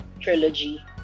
trilogy